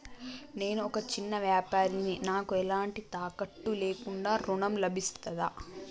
నేను ఒక చిన్న వ్యాపారిని నాకు ఎలాంటి తాకట్టు లేకుండా ఋణం లభిస్తదా?